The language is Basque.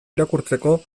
irakurtzeko